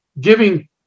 giving